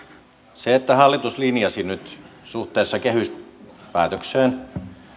se että hallitus linjasi nyt suhteessa kehyspäätökseen